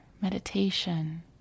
meditation